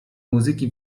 muzyki